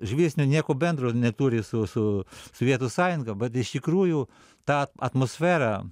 žvilgsnio nieko bendro neturi su su sovietų sąjunga bet iš tikrųjų ta atmosfera